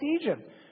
Egypt